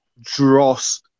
dross